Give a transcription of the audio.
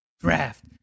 Draft